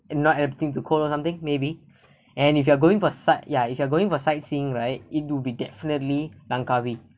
and not everything too cold or something maybe and if you are going for sight ya if you are going for sightseeing right it would be definitely langkawi